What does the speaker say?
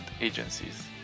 agencies